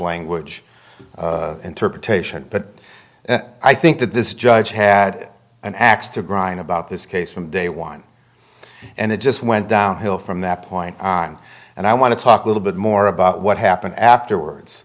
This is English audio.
language interpretation but i think that this judge had an axe to grind about this case from day one and it just went downhill from that point on and i want to talk a little bit more about what happened afterwards